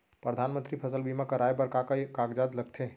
परधानमंतरी फसल बीमा कराये बर का का कागजात लगथे?